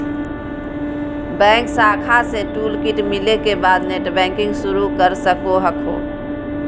bank शाखा से toolkit मिले के बाद नेटबैंकिंग शुरू कर सको हखो